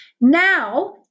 now